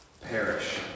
perish